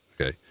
Okay